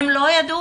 הם לא ידעו.